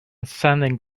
sending